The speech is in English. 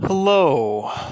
Hello